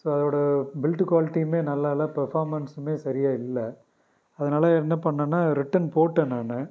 so அதோடய build குவாலிட்டியுமே நல்லாயில்லை பெர்ஃபார்மென்ஸுமே சரியாக இல்லை அதனால என்ன பண்ணேன்னா ரிட்டர்ன் போட்டேன் நான்